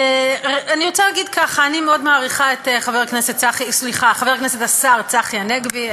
אני רוצה להגיד ככה: אני מאוד מעריכה את חבר הכנסת השר צחי הנגבי,